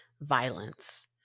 violence